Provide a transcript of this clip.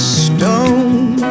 stone